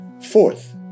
Fourth